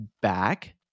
back